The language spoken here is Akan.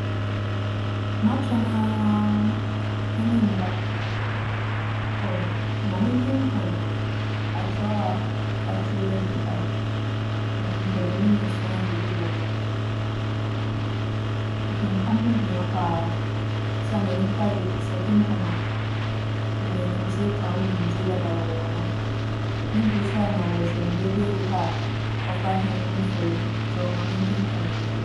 Matweͻn ara, hɛn yi mmba. Aw, ma menkenkan akyerɛw a ͻakyerɛw egu ha yi na monhwɛ dɛ menya esuadze bi wͻ mu a. Akenkan ho hia paa osiandɛ nyimpa dze, sɛ ekenkan a, inya nyimdzee ka wo nyimdzee dadaw a ewͻ no ho. Nna bi so a na wͻdze mbra bi egu hͻ a ͻfa hɛn no mfowee ho. Ntsi ͻwo ma menkenkan nhwɛ.